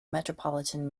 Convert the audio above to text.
metropolitan